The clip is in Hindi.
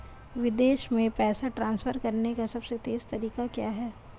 विदेश में पैसा ट्रांसफर करने का सबसे तेज़ तरीका क्या है?